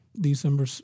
December